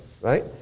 right